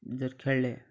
जर खेळ्ळें